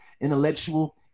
intellectual